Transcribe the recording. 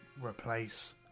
replace